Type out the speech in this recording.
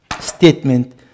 statement